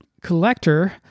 collector